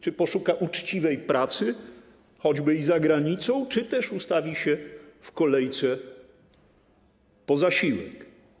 Czy poszuka uczciwej pracy, choćby i za granicą, czy też ustawi się w kolejce po zasiłek?